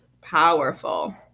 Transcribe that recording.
powerful